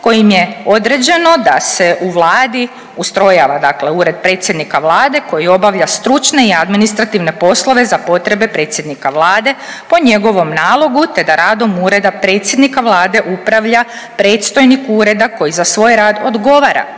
kojim je određeno da se u Vladi ustrojava dakle Ured predsjednika Vlade koji obavlja stručne i administrativne poslove za potrebe predsjednika Vlade po njegovom nalogu te da radom Ureda predsjednika Vlade upravlja predstojnik ureda koji za svoj rad odgovara